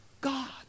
God